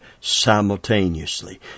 simultaneously